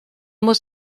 muss